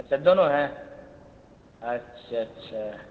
اچھا دونوں ہے اچھا اچھا